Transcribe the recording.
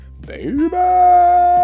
baby